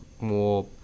more